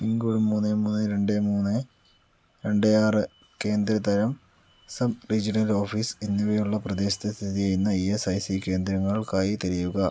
പിൻ code മൂന്ന് മൂന്ന് രണ്ട് മൂന്ന് രണ്ട് ആറ് കേന്ദ്ര തരം സബ് റീജണൽ ഓഫീസ് എന്നിവയുള്ള പ്രദേശത്ത് സ്ഥിതി ചെയ്യുന്ന ഇ എസ് സി കേന്ദ്രങ്ങൾക്കായി തിരയുക